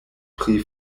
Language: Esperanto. pri